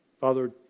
Father